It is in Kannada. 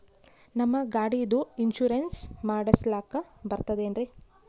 ನಮ್ಮ ಗಾಡಿದು ಇನ್ಸೂರೆನ್ಸ್ ಮಾಡಸ್ಲಾಕ ಬರ್ತದೇನ್ರಿ?